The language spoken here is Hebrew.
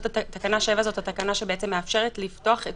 " תקנה 7 היא התקנה שמאפשרת לפתוח את